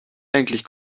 eigentlich